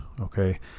okay